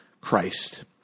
Christ